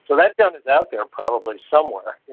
that gun is out there probably somewhere.